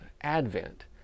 Advent